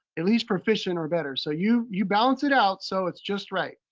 at least proficient or better. so you you balance it out so it's just right.